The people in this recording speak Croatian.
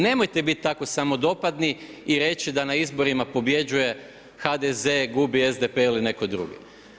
Nemojte bit tako samodopadni i reći da na izborima pobjeđuje HDZ, gubi SDP ili netko drugi.